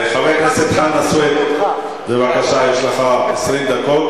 חבר הכנסת חנא סוייד, בבקשה, יש לך 20 דקות.